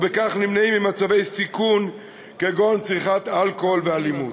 ובכך נמנעים ממצבי סיכון כגון צריכת אלכוהול ואלימות.